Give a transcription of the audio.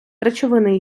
речовини